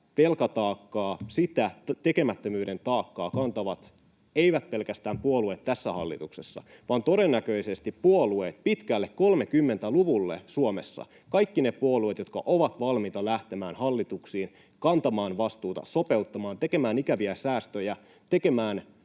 velkataakkaa, sitä tekemättömyyden taakkaa kantavat eivät pelkästään puolueet tässä hallituksessa vaan todennäköisesti puolueet pitkälle 30-luvulle Suomessa — kaikki ne puolueet, jotka ovat valmiita lähtemään hallituksiin, kantamaan vastuuta, sopeuttamaan, tekemään ikäviä säästöjä, tekemään